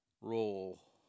roll